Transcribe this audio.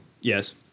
Yes